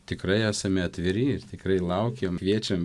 tikrai esame atviri ir tikrai laukiam kviečiam